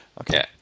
Okay